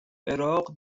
عراق